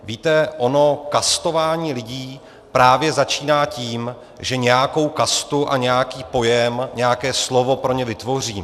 Víte, ono kastování lidí právě začíná tím, že nějakou kastu a nějaký pojem, nějaké slovo pro ně vytvořím.